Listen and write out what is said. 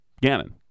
Gannon